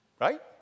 right